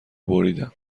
بریدم